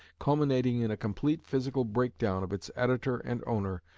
culminating in a complete physical breakdown of its editor and owner,